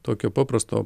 tokio paprasto